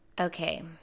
Okay